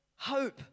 Hope